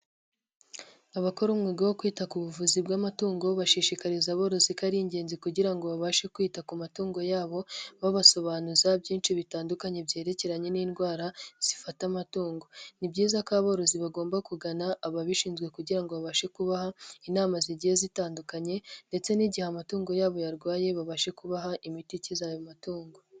Abakora umwuga wo kwita ku buvuzi bw'amatungo bashishikariza aborozi ko ari ingenzi kugira ngo babashe kwita ku matungo yabo babasobanuza byinshi bitandukanye byerekeranye n'indwara zifata amatungo, ni byiza ko aborozi bagomba kugana ababishinzwe kugira babashe kubaha inama zigiye zitandukanye ndetse n'igihe amatungo yabo yarwaye babashe kubaha imiti ikiza ayo matungo.